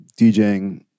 DJing